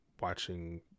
watching